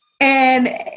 And-